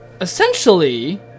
essentially